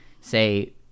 say